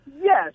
Yes